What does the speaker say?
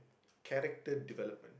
character development